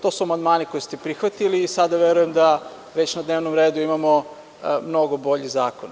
To su amandmani koji ste prihvatili i sada verujem da na dnevnom redu imamo mnogo bolji zakon.